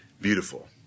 Beautiful